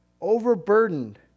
overburdened